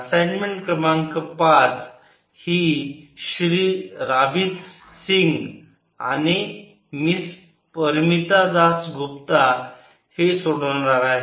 assignment क्रमांक पाच ही श्री राबिथ सिंग आणि मिस परमिता दास गुप्ता हे सोडवणार आहेत